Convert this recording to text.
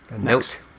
Next